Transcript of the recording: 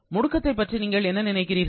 முடுக்கத்தை பற்றி என்ன நினைக்கிறீர்கள்